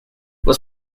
los